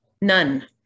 none